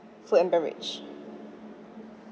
food and beverage